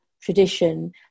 tradition